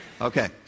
Okay